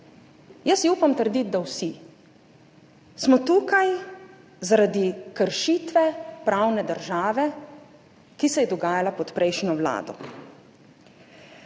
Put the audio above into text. jaz si upam trditi, da vsi, smo tukaj zaradi kršitve pravne države, ki se je dogajala pod prejšnjo vlado.